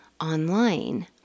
online